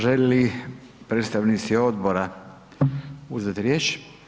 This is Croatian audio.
Želi li predstavnici odbora uzeti riječ?